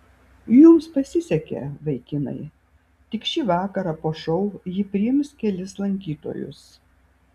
jums pasisekė vaikinai tik šį vakarą po šou ji priims kelis lankytojus